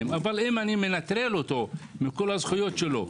אבל אם אני מנטרל אותו מכל הזכויות שלו,